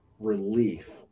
relief